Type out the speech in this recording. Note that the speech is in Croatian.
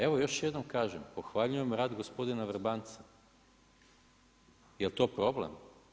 Evo još jednom kažem, pohvaljujem rad gospodina Vrbanca, jel' to problem?